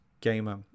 gamer